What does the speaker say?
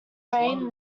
reign